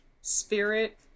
Spirit